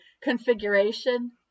configuration